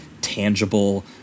tangible